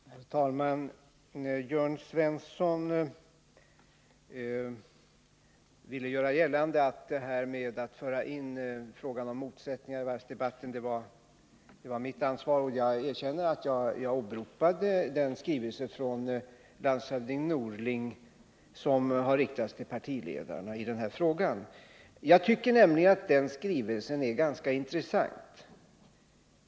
Herr talman! Jörn Svensson ville göra gällande att jag ansvarade för att motsättningsfrågorna förts in i varvsdebatten. Jag erkänner att jag i den här frågan åberopade landshövding Norlings skrivelse till partiledarna. Jag tycker nämligen att den skrivelsen är ganska intressant.